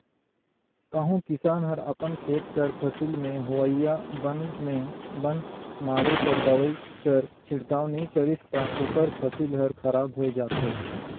कहों किसान हर अपन खेत कर फसिल में होवइया बन में बन मारे कर दवई कर छिड़काव नी करिस ता ओकर फसिल हर खराब होए जाथे